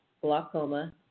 glaucoma